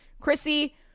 chrissy